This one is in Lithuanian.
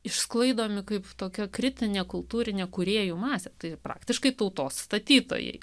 išsklaidomi kaip tokią kritinę kultūrinių kūrėjų masę tai praktiškai tautos statytojai